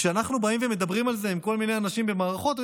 וכשאנחנו באים ומדברים על זה עם כל מיני אנשים במערכות,